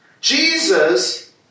Jesus